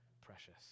precious